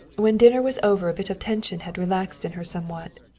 when dinner was over a bit of tension had relaxed in her somewhat.